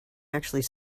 actually